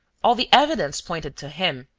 all the evidence pointed to him,